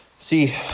see